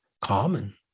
common